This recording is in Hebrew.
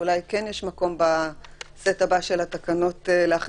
שאולי כן יש מקום בסט הבא של התקנות להכניס,